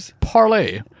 parlay